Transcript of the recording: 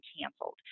canceled